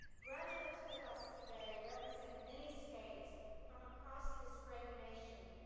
graduates with us today represent many states from across this great nation,